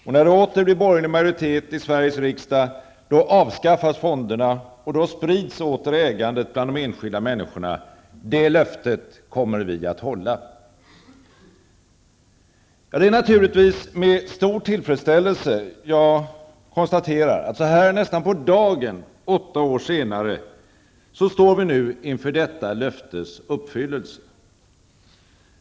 Och när det åter blir borgerlig majoritet i Sveriges riksdag, då avskaffas fonderna och då sprids åter ägandet bland de enskilda människorna. Det löftet kommer vi att hålla!'' Det är naturligtvis med stor tillfredsställelse jag konstaterar, så här nästan på dagen åtta år senare, att vi nu står inför detta löftes uppfyllelse.